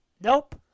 nope